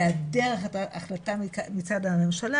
שבהעדר החלטה מצד הממשלה,